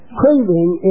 craving